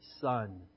Son